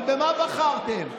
אבל במה בחרתם?